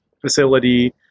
facility